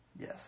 Yes